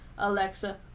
Alexa